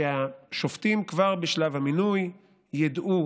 שהשופטים כבר בשלב המינוי ידעו